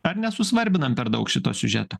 ar nesusvarbinam per daug šito siužeto